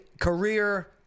career